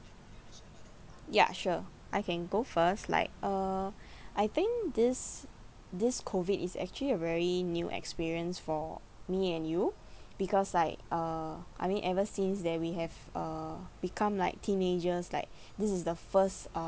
ya sure I can go first like uh I think this this COVID is actually a very new experience for me and you because like uh I mean ever since that we have uh become like teenagers like this is the first